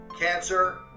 cancer